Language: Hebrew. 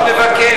אני מזמין